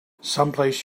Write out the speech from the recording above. someplace